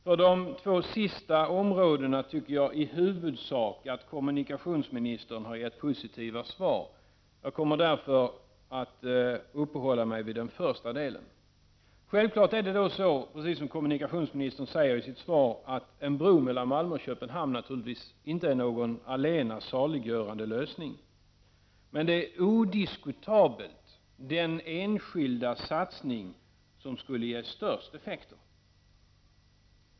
För de två sista områdena tycker jag, i huvudsak, att kommunikationsministern har gett positiva svar. Jag kommer därför att uppehålla mig vid den första delen. Självklart är det som kommunikationsministern säger i sitt svar på det sättet att en bro mellan Malmö och Köpenhamn inte är någon allena saliggörande lösning, men det är odiskutabelt den enskilda satsning som skulle ge de största effekterna.